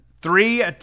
Three